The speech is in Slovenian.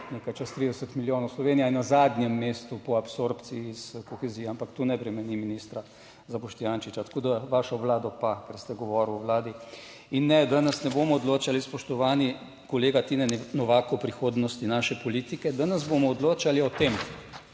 nekaj čez 30 milijonov. Slovenija je na zadnjem mestu po absorpciji kohezije, ampak to ne bremeni ministra za Boštjančiča, tako da vašo vlado, pa ker ste govorili o Vladi. In ne danes, ne bomo odločali, spoštovani kolega Tine Novak, o prihodnosti naše politike! Danes bomo odločali o tem.